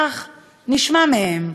כך נשמע מהם,